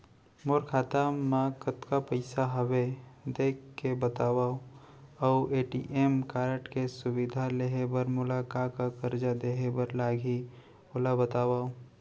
मोर खाता मा कतका पइसा हवये देख के बतावव अऊ ए.टी.एम कारड के सुविधा लेहे बर मोला का का कागज देहे बर लागही ओला बतावव?